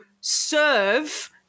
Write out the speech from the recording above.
serve